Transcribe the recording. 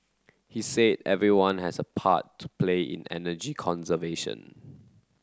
he said everyone has a part to play in energy conservation